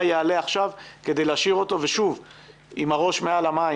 יעלה עכשיו כדי להשאיר אותו עם הראש מעל המים.